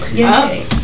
yesterday